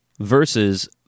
versus